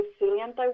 resilient